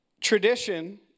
Tradition